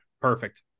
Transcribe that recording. perfect